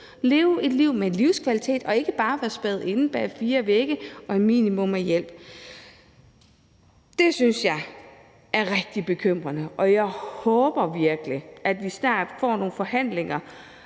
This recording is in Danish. leve et liv med livskvalitet og ikke bare være spærret inde bag fire vægge og et minimum af hjælp. Så det synes jeg er rigtig bekymrende, og jeg håber virkelig, at vi snart får nogle forhandlinger